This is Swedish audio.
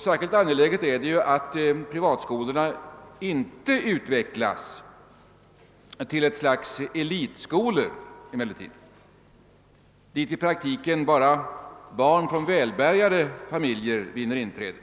Särskilt angeläget är det emellertid att privatskolorna inte utvecklas till ett slags elitskolor där i praktiken endast barn från välbärgade familjer vinner inträde.